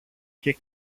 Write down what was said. και